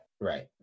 Right